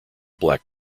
black